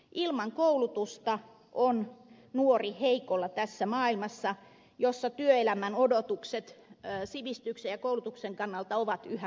ilman koulutusta on nuori heikolla tässä maailmassa jossa työelämän odotukset sivistyksen ja koulutuksen kannalta ovat yhä kovemmat